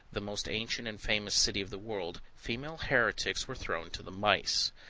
the most ancient and famous city of the world, female heretics were thrown to the mice.